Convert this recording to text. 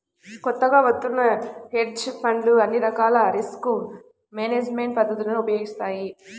కొత్తగా వత్తున్న హెడ్జ్ ఫండ్లు అన్ని రకాల రిస్క్ మేనేజ్మెంట్ పద్ధతులను ఉపయోగిస్తాయి